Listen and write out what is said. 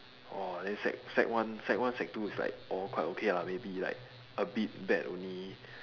!wah! then sec sec one sec one sec-two is like all quite okay lah maybe like a bit bad only